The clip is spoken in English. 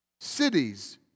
Cities